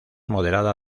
moderada